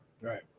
right